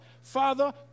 Father